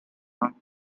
now